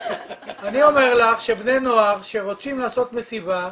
אני אומר לך שבני נוער שרוצים לעשות מסיבה,